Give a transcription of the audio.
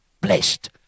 Blessed